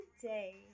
today